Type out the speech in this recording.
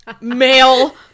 male